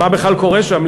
מה בכלל קורה שם,